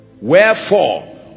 Wherefore